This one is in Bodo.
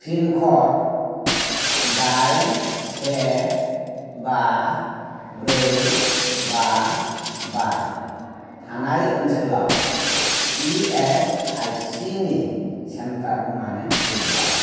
पिन कड डाइन से बा ब्रै बा बा थानाय ओनसोलाव पि एस आइ सि नि चेन्टार मानो गैया